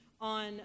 on